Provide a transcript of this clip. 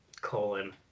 Colon